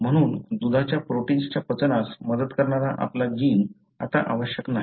म्हणून दुधाच्या प्रोटिन्सच्या पचनास मदत करणारा आपला जीन आता आवश्यक नाही